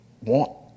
want